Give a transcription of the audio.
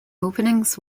openings